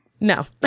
No